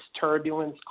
turbulence